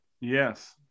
Yes